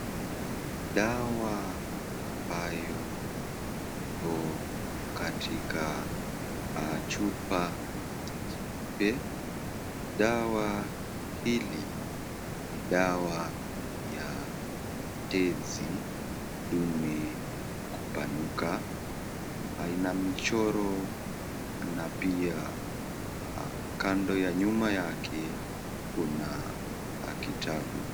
Dawa ambayo ipo katika chupa jeupe. Dawa hili ni dawa ya tenzi dumi kupanuka. Ina michoro na pia nyuma yake kuna kitabu.